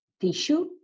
tissue